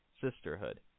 sisterhood